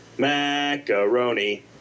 Macaroni